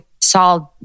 saw